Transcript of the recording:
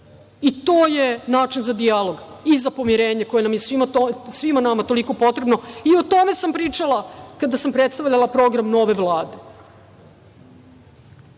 i to je način za dijalog i za pomirenje koje nam je svima nama toliko potrebno. O tome sam pričala kada sam predstavljala program nove Vlade.